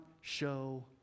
show